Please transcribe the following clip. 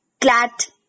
CLAT